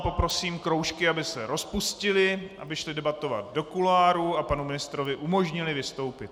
Poprosím kroužky, aby se rozpustily, aby šly debatovat do kuloárů a panu ministrovi umožnily vystoupit.